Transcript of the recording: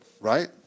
right